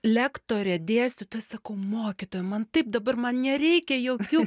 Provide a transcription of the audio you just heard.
lektore dėstytoja sakau mokytoja man taip dabar man nereikia jokių